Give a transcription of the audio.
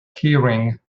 keyring